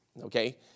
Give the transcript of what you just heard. okay